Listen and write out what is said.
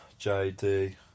JD